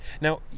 Now